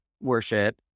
worship